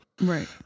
Right